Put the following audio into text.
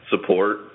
support